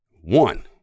One